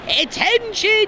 Attention